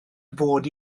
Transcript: fod